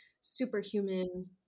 superhuman